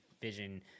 vision